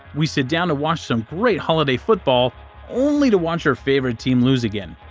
we sit down to watch some great holiday football only to watch our favorite team lose again.